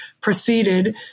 proceeded